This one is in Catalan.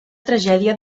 tragèdia